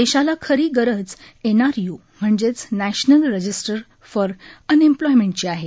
देशाला खरी गरज एनआरयू म्हणजेच नश्वानल रजिस्टर फॉर अन एम्प्लॉयमेंटची आहे